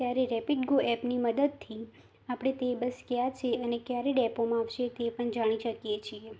ત્યારે Rapid Go ઍપની મદદથી આપણે તે બસ ક્યાં છે અને ક્યારે ડેપોમાં આવશે તે પણ જાણી શકીએ છીએ